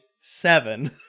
seven